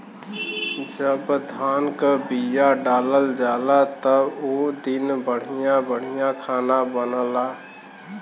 जब धान क बिया डालल जाला त उ दिन बढ़िया बढ़िया खाना बनला